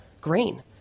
grain